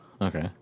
Okay